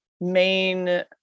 main